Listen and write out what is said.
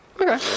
Okay